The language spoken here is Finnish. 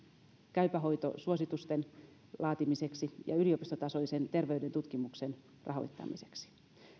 käypä hoito suositusten laatimiseksi ja yliopistotasoisen terveyden tutkimuksen rahoittamiseksi